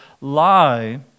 lie